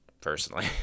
personally